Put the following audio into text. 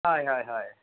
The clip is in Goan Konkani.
हय हय हय